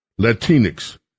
Latinx